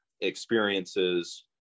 experiences